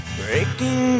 breaking